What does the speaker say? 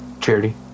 Charity